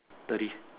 thirty